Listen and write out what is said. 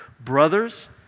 Brothers